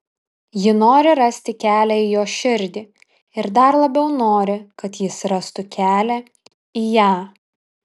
ji nori rasti kelią į jo širdį ir dar labiau nori kad jis rastų kelią į ją